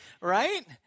right